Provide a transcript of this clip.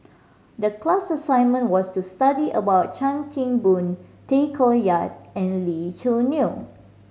the class assignment was to study about Chan Kim Boon Tay Koh Yat and Lee Choo Neo